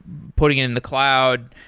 putting it in the cloud,